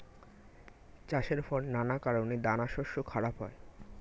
চাষের পর নানা কারণে দানাশস্য খারাপ হয়